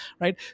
right